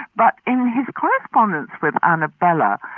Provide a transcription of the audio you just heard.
but in his correspondence with anabella,